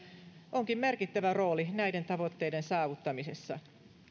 onkin merkittävä rooli näiden tavoitteiden saavuttamisessa